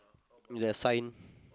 the sign